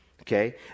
okay